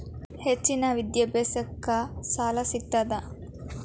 ಹೆಚ್ಚಿನ ವಿದ್ಯಾಭ್ಯಾಸಕ್ಕ ಸಾಲಾ ಸಿಗ್ತದಾ?